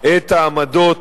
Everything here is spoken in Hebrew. את העמדות